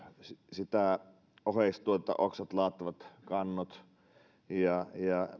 sitä oheistuotetta oksia latvoja kantoja